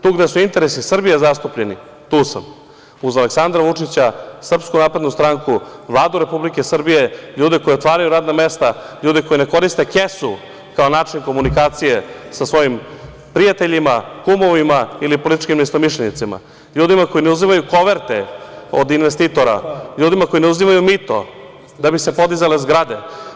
Tu gde su interesi Srbije zastupljeni, tu sam, uz Aleksandra Vučića, SNS, Vladu Republike Srbije, ljude koji otvaraju radna mesta, ljude koji ne koriste kesu, kao način komunikacije sa svojim prijateljima, kumovima ili političkim neistomišljenicima, ljudima koji ne uzimaju koverte od investitora, ljudima koji ne uzimaju mito da bi se podizale zgrade.